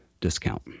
discount